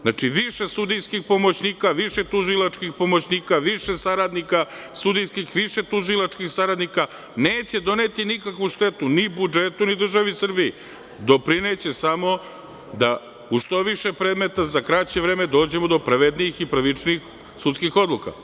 Znači, više sudijskih pomoćnika, više tužilačkih pomoćnika, više saradnika sudijskih, više tužilačkih saradnika, neće doneti nikakvu štetu, ni budžetu, ni državi Srbiji, doprineće samo da u što više predmeta za kraće vreme dođemo do pravednijih i pravičnijih sudskih odluka.